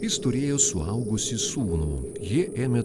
jis turėjo suaugusį sūnų jie ėmė